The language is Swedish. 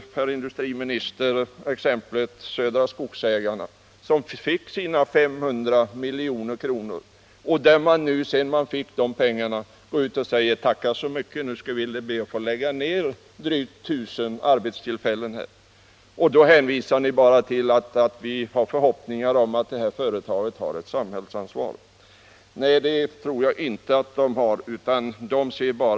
för industriministern anfört exemplet Södra Skogsägarna, som fick sina 500 milj.kr. och som därefter nu lägger ned drygt 1000 arbetstillfällen. Ni hänvisar i det fallet bara till att ni har förhoppningar om att detta företag har ett samhällsansvar. Det tror jag inte att det har.